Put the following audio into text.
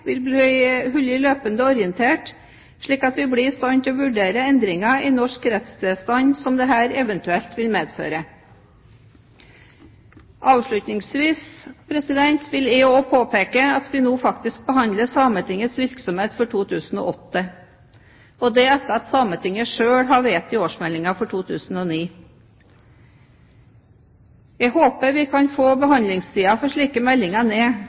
vil bli holdt løpende orientert, slik at vi blir i stand til å vurdere de endringer i norsk rettstilstand som dette eventuelt vil medføre. Avslutningsvis vil jeg også påpeke at vi faktisk behandler årsmeldingen om Sametingets virksomhet for 2008, og det etter at Sametinget selv har vedtatt årsmeldingen for 2009. Jeg håper vi kan få behandlingstiden for slike meldinger ned,